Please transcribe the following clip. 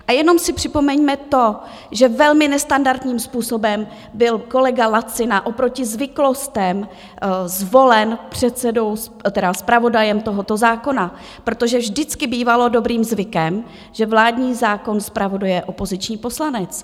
A jenom si připomeňme to, že velmi nestandardním způsobem byl kolega Lacina oproti zvyklostem zvolen zpravodajem tohoto zákona, protože vždycky bývalo dobrým zvykem, že vládní zákon zpravodajuje opoziční poslanec.